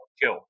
kill